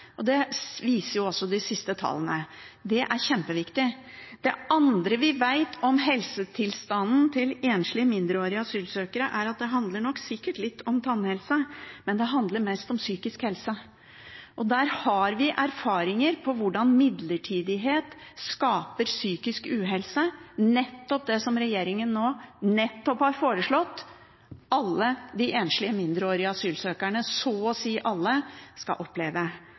Det viser også de siste tallene. Det er kjempeviktig. Det andre vi vet noe om, er helsetilstanden til enslige mindreårige asylsøkere. Det handler nok sikkert litt om tannhelse, men det handler mest om psykisk helse. Der har vi erfaringer for hvordan midlertidighet skaper psykisk uhelse – nettopp det som regjeringen nå nettopp har foreslått at så å si alle de enslige mindreårige asylsøkerne